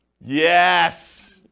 Yes